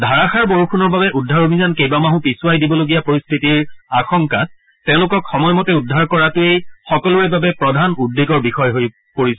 ধাৰাষাৰ বৰযূণৰ বাবে উদ্ধাৰ অভিযান কেইবামাহো পিছুৱাই দিবলগীয়া পৰিস্থিতিৰ আশংকাত তেওঁলোকক সময়মতে উদ্ধাৰ কৰাটোৱেই সকলোৰে বাবে প্ৰধান উদ্বেগৰ বিষয় হৈ পৰিছিল